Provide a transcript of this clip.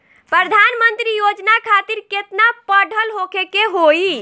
प्रधानमंत्री योजना खातिर केतना पढ़ल होखे के होई?